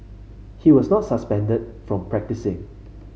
he was not suspended from practising